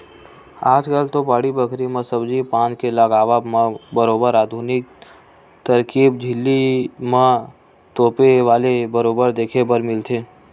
आजकल तो बाड़ी बखरी म सब्जी पान के लगावब म बरोबर आधुनिक तरकीब झिल्ली म तोपे वाले बरोबर देखे बर मिलथे ही